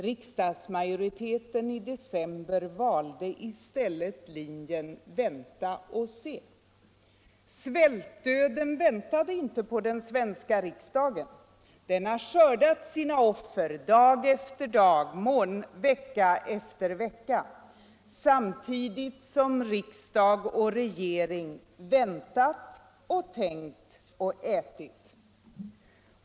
Riksdagsmajoriteten i december valde i stället linjen att ”vänta och se”. Svältdöden väntade inte på den svenska riksdagen. Den har skördat sina offer, dag efter dag, vecka efter vecka. Samtidigt som riksdag och regering väntat och tänkt — och ätit.